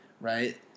right